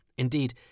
Indeed